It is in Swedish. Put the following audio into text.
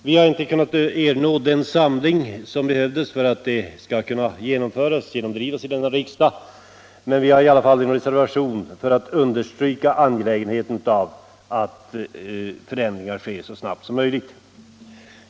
Vi har inte kunnat uppnå den samling som erfordrats för att genomdriva frågorna här i riksdagen, men vi har som sagt avgivit reservationen för att understryka angelägenheten av att ändringar snabbt kommer till stånd.